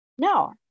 No